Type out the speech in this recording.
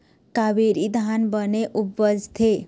कावेरी धान बने उपजथे?